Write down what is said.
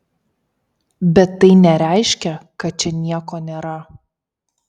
bet tai nereiškia kad čia nieko nėra